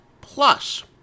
plus